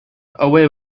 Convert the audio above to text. away